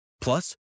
Plus